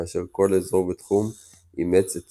כאשר כל אזור ותחום אימץ את